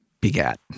begat